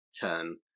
turn